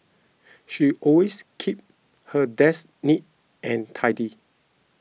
she always keeps her desk neat and tidy